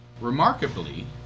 Remarkably